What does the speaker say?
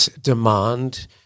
demand